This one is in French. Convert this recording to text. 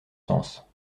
sens